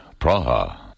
Praha